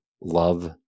love